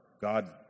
God